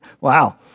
Wow